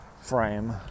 frame